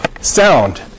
sound